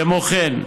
כמו כן,